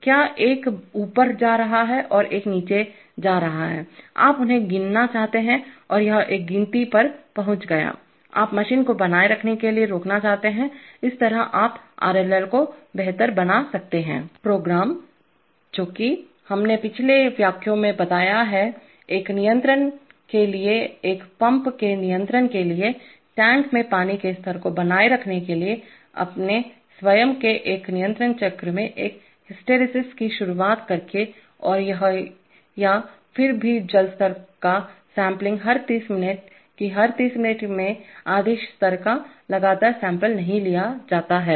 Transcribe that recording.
क्या एक ऊपर जा रहा है और एक नीचे जा रहा है आप उन्हें गिनना चाहते हैं और यह एक गिनती पर पहुंच गया आप मशीन को बनाए रखने के लिए रोकना चाहते हैं इसी तरह आप आरएलएल को बेहतर बना सकते हैं प्रोग्राम जो कि हमने अपने पिछले व्याख्यो में बताया हैएक नियंत्रण के लिए एक पंप के नियंत्रण के लिए टैंक में पानी के स्तर को बनाए रखने के लिए अपने स्वयं के नियंत्रण चक्र में एक हिस्टैरिसीस की शुरुआत करके और यह या एक भी जल स्तर का सैंपलिंग हर 30 मिनट कि हर 30 मिनट में आदेश स्तर का लगातार सैंपल नमूना नहीं लिया जाता है